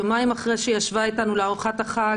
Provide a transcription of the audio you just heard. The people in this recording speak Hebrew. יומיים אחרי שהיא ישבה אתנו לארוחת החג,